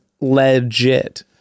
legit